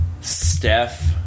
Steph